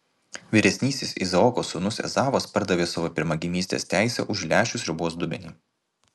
vyresnysis izaoko sūnus ezavas pardavė savo pirmagimystės teisę už lęšių sriubos dubenį